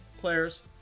players